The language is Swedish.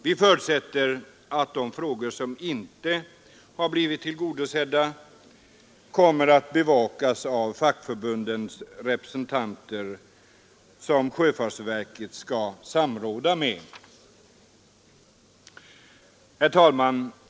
Vi förutsätter att de önskemål som inte har blivit tillgodosedda kommer att bevakas av fackförbundens representanter, som sjöfartsverket skall samråda med. Herr talman!